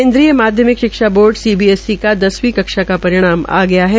केन्द्रीय माध्यमिक शिक्षा बोर्ड सीबीएससी का दसवीं कक्षा का परिणाम आ गया है